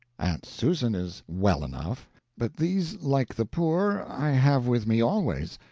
aunt susan is well enough but these, like the poor, i have with me always.